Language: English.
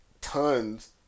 tons